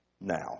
now